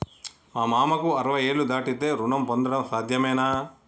మా మామకు అరవై ఏళ్లు దాటితే రుణం పొందడం సాధ్యమేనా?